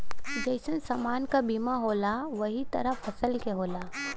जइसन समान क बीमा होला वही तरह फसल के होला